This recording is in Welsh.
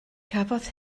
cafodd